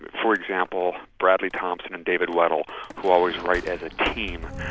but for example, bradley thompson and david weddell who always write as a team,